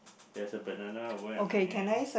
there's a banana over at my end